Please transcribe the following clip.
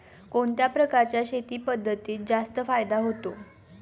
कोणत्या प्रकारच्या शेती पद्धतीत जास्त फायदा होतो?